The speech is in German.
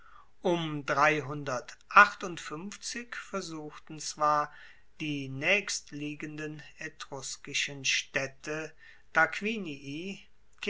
versuchten zwar die naechstliegenden etruskischen staedte